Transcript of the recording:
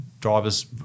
drivers